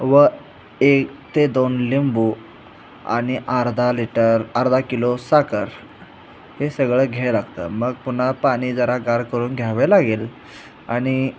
व एक ते दोन लिंबू आणि अर्धा लिटर अर्धा किलो साखर हे सगळं घ्याय लागतं मग पुन्हा पाणी जरा गार करून घ्यावे लागेल आणि